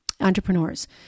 entrepreneurs